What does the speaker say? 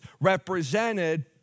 represented